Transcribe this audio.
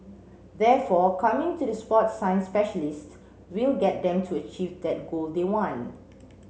therefore coming to the sport science specialists will get them to achieve that goal they want